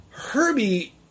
Herbie